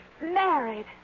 Married